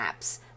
apps